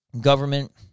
Government